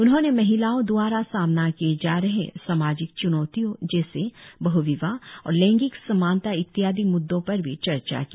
उन्होंने महिलाओं दवारा सामना किए जा रहे सामाजिक च्नौतियों जैसे बहविवाह और लैंगिक समानता इत्यादि मुद्दो पर भी चर्चा की